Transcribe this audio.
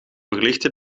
verlichte